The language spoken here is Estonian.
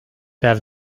päev